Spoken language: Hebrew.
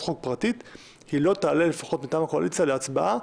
חוק פרטית - היא לא תעלה מטעם הקואליציה להצבעה.